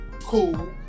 cool